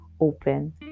open